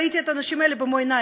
אני ראיתי את האנשים האלה במו-עיני,